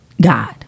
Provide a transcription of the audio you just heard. god